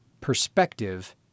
Perspective